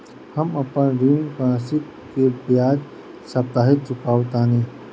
हम अपन ऋण मासिक के बजाय साप्ताहिक चुकावतानी